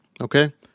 okay